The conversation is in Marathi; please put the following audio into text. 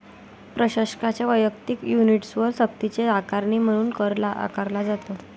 प्रशासनाच्या वैयक्तिक युनिट्सवर सक्तीची आकारणी म्हणून कर आकारला जातो